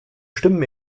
stimmen